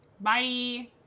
Bye